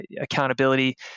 Accountability